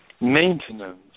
maintenance